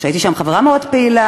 הייתי שם חברה מאוד פעילה,